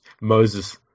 Moses